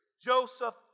Joseph